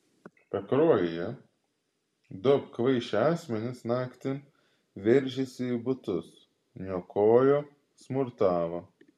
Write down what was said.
pakruojyje du apkvaišę asmenys naktį veržėsi į butus niokojo smurtavo